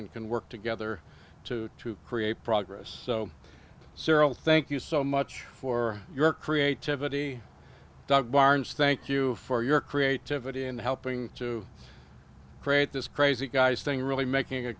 and can work together to create progress so cyril thank you so much for your creativity doug barnes thank you for your creativity in helping to create this crazy guys thing really making a